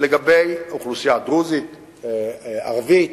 לגבי האוכלוסייה הדרוזית, הערבית,